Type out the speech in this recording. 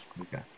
Okay